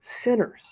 sinners